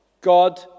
God